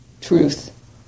truth